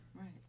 Right